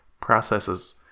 processes